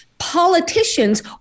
Politicians